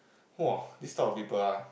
!wow! this type of people ah